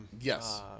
yes